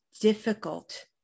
difficult